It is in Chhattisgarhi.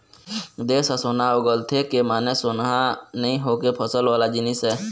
देस ह सोना उगलथे के माने सोनहा नइ होके फसल वाला जिनिस आय